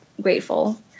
grateful